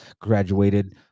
graduated